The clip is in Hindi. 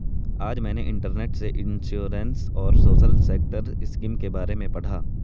आज मैंने इंटरनेट से इंश्योरेंस और सोशल सेक्टर स्किम के बारे में पढ़ा